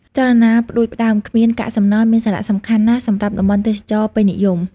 ចលនាផ្តួចផ្តើមគ្មានកាកសំណល់មានសារៈសំខាន់ណាស់សម្រាប់តំបន់ទេសចរណ៍ពេញនិយម។